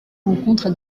rencontres